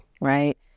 Right